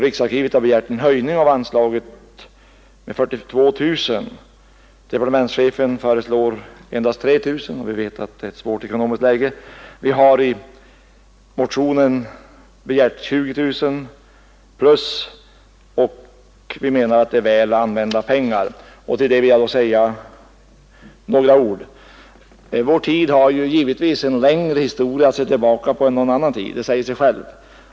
Riksarkivet har begärt en höjning av anslaget med 42 000 kronor. Departementschefen föreslår endast 3 000 kronor — vi vet att det är ett svårt ekonomiskt läge. Vi har i vår motion begärt 20 000 kronor utöver det som departementschefen har föreslagit, och vi menar att det är väl använda pengar. Det är också om den saken som jag här vill säga några ord. Vår tid har en längre historia att se tillbaka på än någon annan tid. Det säger sig självt.